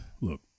Look